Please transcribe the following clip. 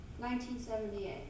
1978